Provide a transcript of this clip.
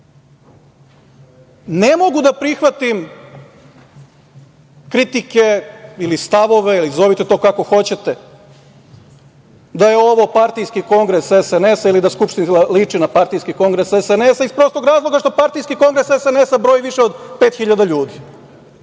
mogu da prihvatim kritike ili stavove, zovite to kako hoćete, da je ovo partijski kongres SNS ili da Skupština liči na partijski kongres SNS iz prostog razloga što partijski kongres SNS broji više od 5.000 ljudi,